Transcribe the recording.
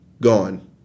gone